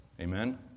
Amen